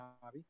hobby